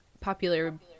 popular